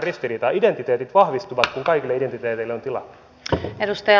identiteetit vahvistuvat kun kaikille identiteeteille on tilaa